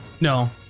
No